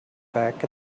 back